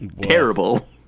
terrible